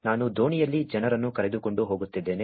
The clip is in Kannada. ನಾನು ದೋಣಿಯಲ್ಲಿ ಜನರನ್ನು ಕರೆದುಕೊಂಡು ಹೋಗುತ್ತಿದ್ದೇನೆ